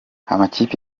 amakipe